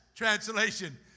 Translation